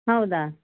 ಹೌದಾ